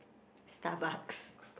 Starbucks